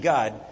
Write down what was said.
God